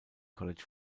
college